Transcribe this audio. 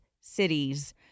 cities